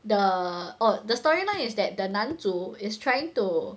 the orh the storyline is that the 男主 is trying to